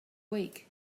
week